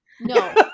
No